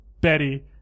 Betty